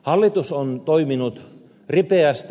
hallitus on toiminut ripeästi